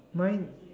mine